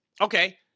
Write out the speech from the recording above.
Okay